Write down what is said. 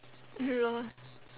LOL